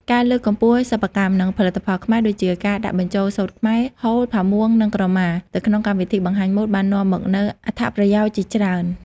ការលើកកម្ពស់សិប្បកម្ម និងផលិតផលខ្មែរ ដូចជាការដាក់បញ្ចូលសូត្រខ្មែរ ហូល ផាមួង និងក្រមា ទៅក្នុងកម្មវិធីបង្ហាញម៉ូដបាននាំមកនូវអត្ថប្រយោជន៍ជាច្រើន។